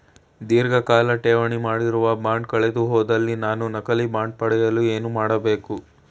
ಧೀರ್ಘಕಾಲ ಠೇವಣಿ ಮಾಡಿರುವ ಬಾಂಡ್ ಕಳೆದುಹೋದಲ್ಲಿ ನಾನು ನಕಲಿ ಬಾಂಡ್ ಪಡೆಯಲು ಏನು ಮಾಡಬೇಕು?